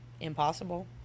impossible